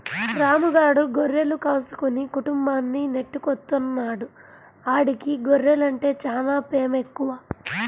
రాము గాడు గొర్రెలు కాసుకుని కుటుంబాన్ని నెట్టుకొత్తన్నాడు, ఆడికి గొర్రెలంటే చానా పేమెక్కువ